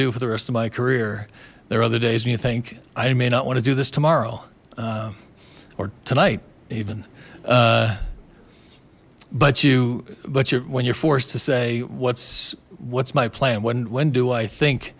do for the rest of my career there are other days when you think i may not want to do this tomorrow or tonight even but you but you're when you're forced to say what's what's my plan when when do i think